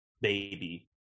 baby